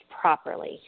properly